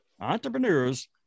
entrepreneurs